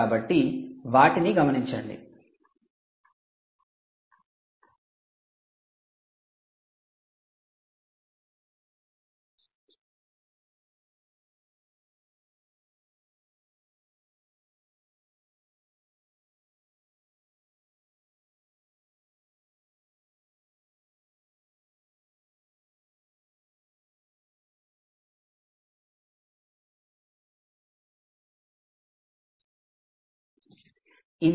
కాబట్టి వాటిని గమనించండి